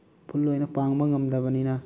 ꯐꯨꯜ ꯑꯣꯏꯅ ꯄꯥꯡꯕ ꯉꯝꯗꯕꯅꯤꯅ